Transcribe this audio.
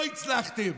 לא הצלחתם.